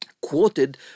quoted